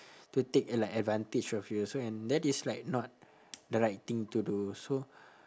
to take like advantage of you so and that is like not the right thing to do so